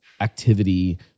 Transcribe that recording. activity